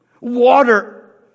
Water